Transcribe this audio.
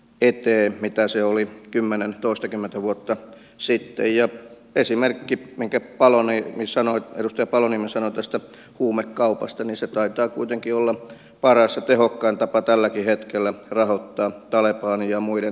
ei tee mitä se oli kymmenen toistakymmentä vuotta sitten ja esimerkki minkä palonen sanoo edustaja paloniemi sanoi tästä huumekaupastani se taitaa kuitenki olla parasta tehokkain tapa tälläkin hetkellä rahoittaa talebanin ja muiden